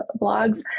blogs